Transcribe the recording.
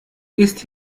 ist